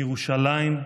בירושלים,